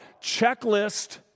checklist